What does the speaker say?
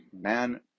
Man